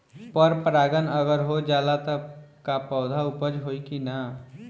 पर परागण अगर हो जाला त का पौधा उपज होई की ना?